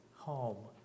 home